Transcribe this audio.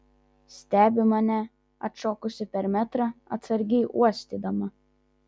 stebi mane atšokusi per metrą atsargiai uostydama